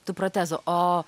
tų protezų o